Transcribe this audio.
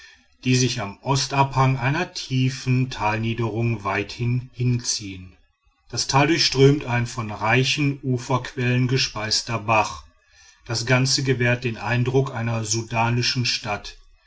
die sich an ostabhang einer tiefen talniederung weithin hinziehen das tal durchströmt ein von reichen uferquellen gespeister bach das ganze gewährt den eindruck einer sudanischen stadt